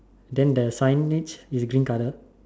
then the signage is green colour